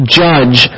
judge